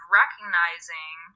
recognizing